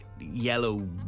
yellow